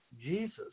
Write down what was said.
Jesus